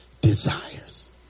desires